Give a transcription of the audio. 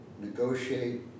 negotiate